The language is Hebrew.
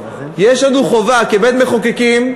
יש לנו חובה, כבית-מחוקקים,